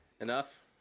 Enough